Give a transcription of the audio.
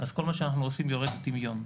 אז כל מה שאנחנו עושים יורד לטמיון.